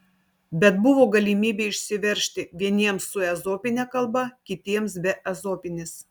bet buvo galimybė išsiveržti vieniems su ezopine kalba kitiems be ezopinės